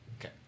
Okay